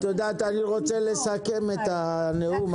אני רוצה לסכם את הנאום,